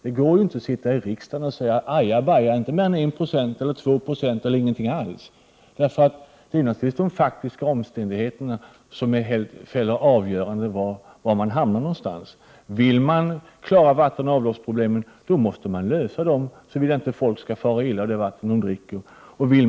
Det går inte att sitta i riksdagen och säga: Aja, baja, inte mer än 1-2 2 eller ingenting alls! Det är naturligtvis de faktiska omständigheterna som fäller avgörandet var man hamnar någonstans. Vill man klara vattenoch avloppsproblemen, måste man lösa dem, såvida inte människor skall fara illa av det vatten de dricker.